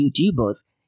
YouTubers